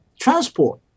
Transport